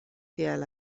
tiel